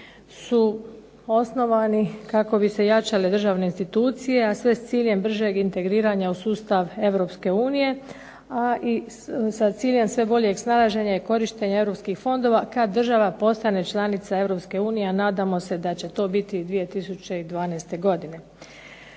su osnovani kako bi se jačale državne institucije, a sve s ciljem bržeg integriranja u sustav EU, a i sa ciljem sve boljeg snalaženja europskih fondova kad država postane članica EU, a nadamo se da će to biti 2012. godine.